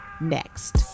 next